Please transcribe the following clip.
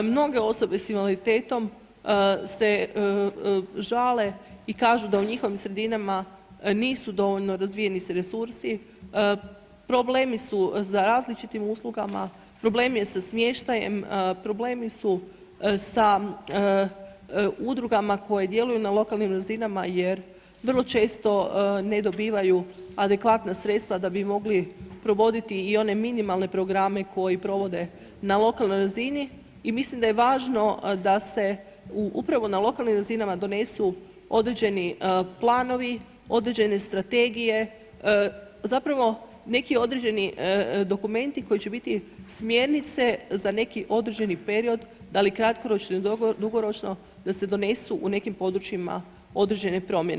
Mnoge osobe s invaliditetom se žale i kažu da u njihovim sredinama nisu dovoljno razvijeni resursi, problemi su za različitim uslugama, problem je sa smještajem, problemi su sa udrugama koje djeluju na lokalnim razinama jer vrlo često ne dobivaju adekvatna sredstva da bi mogli provoditi i one minimalne programe koji provode na lokalnoj razini i mislim da je važno da se u upravo na lokalnim razinama donesu određeni planovi, određene strategije, zapravo neki određeni dokumenti koji će biti smjernice za neki određeni period, da li kratkoročno ili dugoročno, da se donesu u nekim područjima određene promjene.